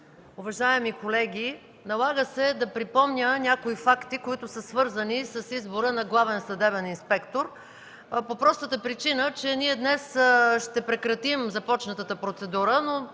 уважаеми колеги! Налага се да припомня някои факти, свързани с избора на главен съдебен инспектор, по простата причина, че ние днес ще прекратим започнатата процедура, но